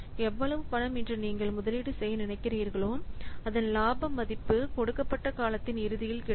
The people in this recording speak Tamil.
எவ்வளவு பணம் இன்று நீங்கள் முதலீடு செய்ய நினைக்கிறீர்களோ அதன் லாப மதிப்பு கொடுக்கப்பட்ட காலத்தின் இறுதியில் கிடைக்கும்